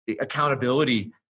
accountability